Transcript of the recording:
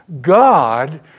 God